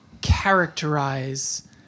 characterize